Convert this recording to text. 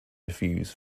reviews